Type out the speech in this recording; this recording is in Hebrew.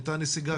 הייתה כאן נסיגה.